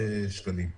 שקלים.